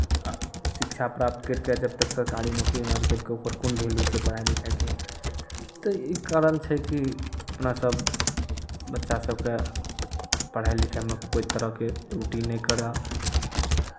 आ शिक्षा प्राप्त करि कऽ जब तक सरकारी नौकरी नहि केलकै ओकर कोन भैलू छै पढ़ाइ लिखाइके तऽ ई कारण छै कि अपना सभ बच्चा सभके पढ़ाइ लिखाइमे कोइ तरहके त्रुटि नहि करय